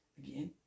again